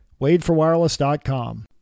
wadeforwireless.com